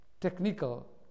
Technical